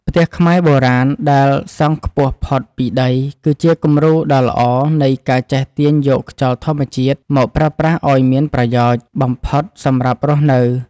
ផ្ទះខ្មែរបុរាណដែលសង់ខ្ពស់ផុតពីដីគឺជាគំរូដ៏ល្អនៃការចេះទាញយកខ្យល់ធម្មជាតិមកប្រើប្រាស់ឱ្យមានប្រយោជន៍បំផុតសម្រាប់រស់នៅ។